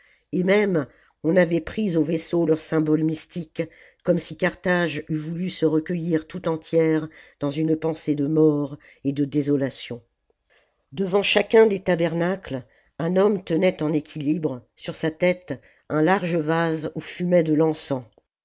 et même on avait pris aux vaisseaux leurs symboles mystiques comme si carthage eût voulu se recueillir tout entière dans une pensée de mort et de désolation devant chacun des tabernacles un homme tenait en équilibre sur sa tête un large vase oii fumait de l'encens